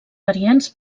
variants